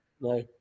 No